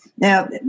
Now